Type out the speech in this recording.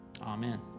Amen